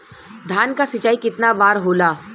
धान क सिंचाई कितना बार होला?